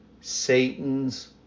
Satan's